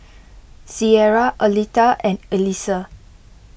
Cierra Aletha and Alisa